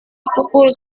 pukul